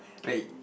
wait